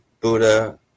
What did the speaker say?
Buddha